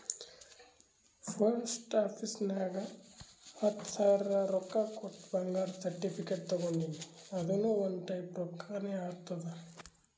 post office ನಾಗ್ ಹತ್ತ ಸಾವಿರ ರೊಕ್ಕಾ ಕೊಟ್ಟು ಬಂಗಾರದ ಸರ್ಟಿಫಿಕೇಟ್ ತಗೊಂಡಿನಿ ಅದುನು ಒಂದ್ ಟೈಪ್ ರೊಕ್ಕಾನೆ ಆತ್ತುದ್